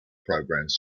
programs